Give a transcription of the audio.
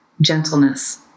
gentleness